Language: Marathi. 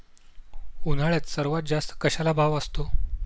उन्हाळ्यात सर्वात जास्त कशाला भाव असतो?